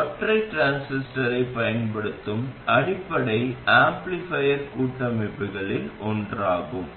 ஒற்றை டிரான்சிஸ்டரைப் பயன்படுத்தும் அடிப்படை ஆம்ப்ளிபயர் கட்டமைப்புகளில் ஒன்றாகும்